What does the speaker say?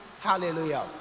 hallelujah